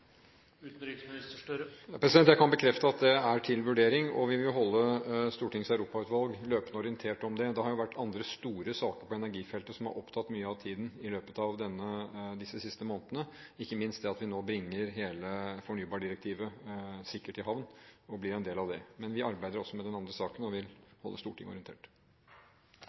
Jeg kan bekrefte at det er til vurdering, og vi vil holde Stortingets europautvalg løpende orientert om det. Det har jo vært andre store saker på energifeltet som har opptatt mye av tiden i løpet av disse siste månedene, ikke minst det at vi nå bringer hele fornybardirektivet sikkert i havn, og blir en del av det. Men vi arbeider også med den andre saken og vil holde Stortinget orientert.